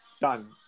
done